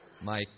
Mike